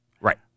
Right